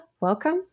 welcome